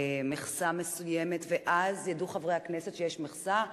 מכסה מסוימת, ואז ידעו חברי הכנסת שיש מכסה.